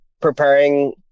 preparing